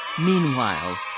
Meanwhile